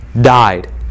died